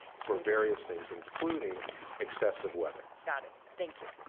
for various things including excessive weather. got it, thank you.